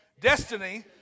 destiny